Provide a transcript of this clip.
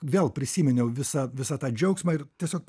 vėl prisiminiau visą visą tą džiaugsmą ir tiesiog